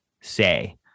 say